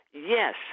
Yes